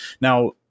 now